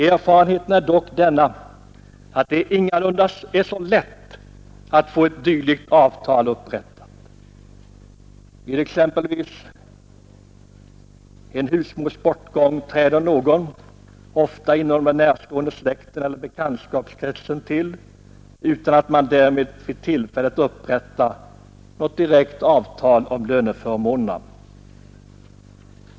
Erfarenheten är dock att det inte är så lätt att få ett dylikt avtal upprättat. Vid exempelvis en husmors bortgång träder ofta någon inom den närstående släkten eller bekantskapskretsen till, utan att man vid tillfället upprättar något direkt avtal om löneförmånerna.